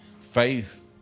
Faith